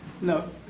No